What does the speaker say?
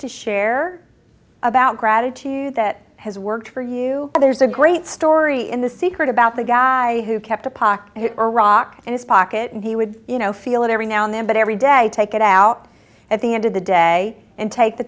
to share about gratitude that has worked for you there's a great story in the secret about the guy who kept apoc iraq and his pocket and he would you know feel it every now and then but every day take it out at the end of the day and take the